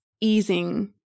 easing